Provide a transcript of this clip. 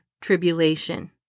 tribulation